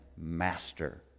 Master